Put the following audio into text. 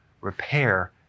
repair